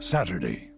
Saturday